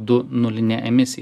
du nuline emisija